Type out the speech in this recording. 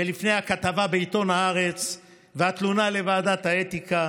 ולפני הכתבה בעיתון הארץ והתלונה לוועדת האתיקה,